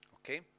Okay